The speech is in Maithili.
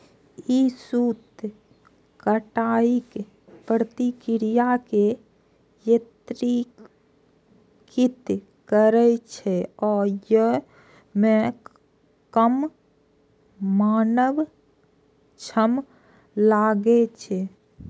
ई सूत कताइक प्रक्रिया कें यत्रीकृत करै छै आ अय मे कम मानव श्रम लागै छै